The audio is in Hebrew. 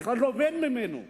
הוא לומד ממנו.